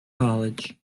college